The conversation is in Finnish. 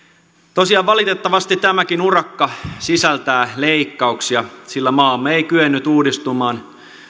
tosiaan valitettavasti tämäkin urakka sisältää leikkauksia sillä maamme ei kyennyt uudistumaan